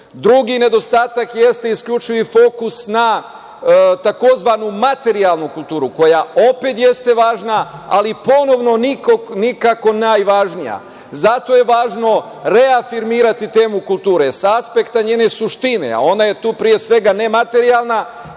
nedostatak jeste isključivi fokus na tzv. materijalnu kulturu koja opet jeste važna, ali ponovno nikako najvažnija. Zato je važno reafirmirati temu kulturu sa aspekta njene suštine, a ona je tu pre svega nematerijalna